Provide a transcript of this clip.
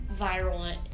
viral